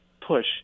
push